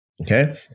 Okay